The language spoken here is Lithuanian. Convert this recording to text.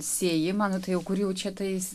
sėjimą nu tai jau kur jau čia tais